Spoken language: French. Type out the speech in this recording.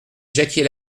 jacquier